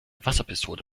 wasserpistole